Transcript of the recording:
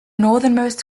northernmost